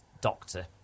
Doctor